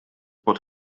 bod